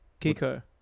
Kiko